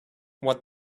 what